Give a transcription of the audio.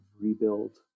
rebuild